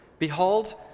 behold